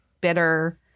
bitter